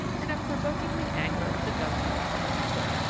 and of provoking the anger of the governor of tortuga.